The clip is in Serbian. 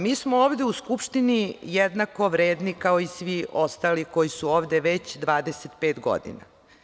Mi smo ovde u Skupštini jednako vredni kao i svi ostali koji su ovde već 25 godina.